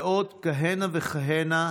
ועוד כהנה וכהנה.